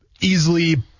easily